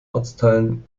ortsteilen